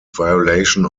violation